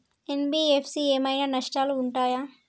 NBFC ఏమైనా నష్టాలు ఉంటయా?